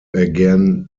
began